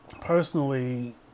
personally